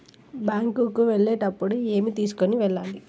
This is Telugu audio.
బ్యాంకు కు వెళ్ళేటప్పుడు ఏమి తీసుకొని వెళ్ళాలి?